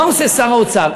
מה עושה שר האוצר,